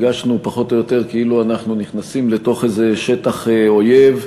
הרגשנו פחות או יותר כאילו אנחנו נכנסים לתוך איזה שטח אויב,